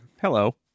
Hello